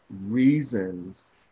reasons